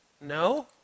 No